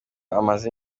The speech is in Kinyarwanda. amaze